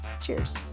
Cheers